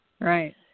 Right